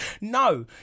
No